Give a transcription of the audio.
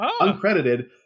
uncredited